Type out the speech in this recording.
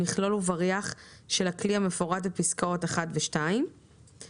מכלול ובריח של הכלי המפורט בפסקאות (1) ו-(2);